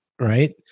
Right